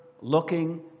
looking